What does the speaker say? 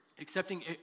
accepting